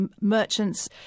merchants